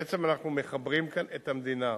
בעצם, אנחנו מחברים כאן את המדינה,